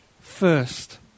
first